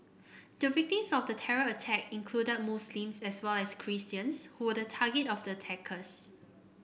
the victims of the terror attack included Muslims as well as Christians who were the target of the attackers